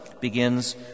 begins